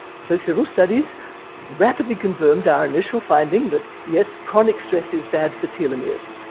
so several studies rapidly confirmed our initial finding that yes, chronic stress is bad for telomeres.